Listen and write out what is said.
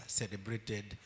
celebrated